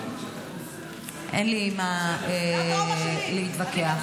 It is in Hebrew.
אין לי מה להתווכח.